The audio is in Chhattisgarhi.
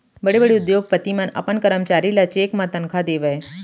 बड़े बड़े उद्योगपति मन अपन करमचारी ल चेक म तनखा देवय